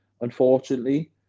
unfortunately